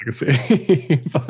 legacy